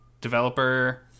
developer